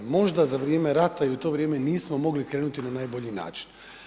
Možda za vrijeme rata i u to vrijeme nismo mogli krenuti na najbolji način.